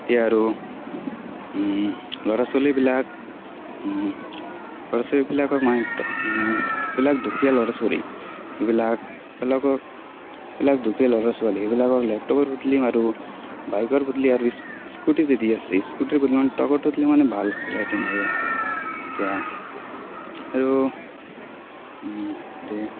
এতিয়া আৰু ল'ৰা ছোৱালীবিলাক ল'ৰা ছোৱালীবিলাকক মানে যিবিলাক দুখীয়া ল'ৰা ছোৱালী সেইবিলাক বিলাকক যিবিলাক দুখীয়া ল'ৰা ছোৱালী সেইবিলাকক লেপটপৰ বদলি আৰু বাইকৰ বদলি আৰু স্কুটি যে দি আছে স্কুটিৰ বদলি টকাটো দিলে ভাল হ'লহেতেন আৰু এতিয়া আৰু